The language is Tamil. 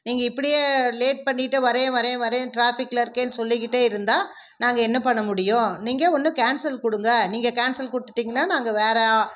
நீங்கள் இப்படியே லேட் பண்ணிகிட்டே வரேன் வரேன் வரேன் ட்ராஃபிக்கில் இருக்கேன் சொல்லிக்கிட்டே இருந்தால் நாங்கள் என்ன பண்ண முடியும் நீங்கள் ஒன்று கேன்சல் கொடுங்க நீங்கள் கேன்சல் கொடுத்திட்டிங்கனா நாங்கள் வேறே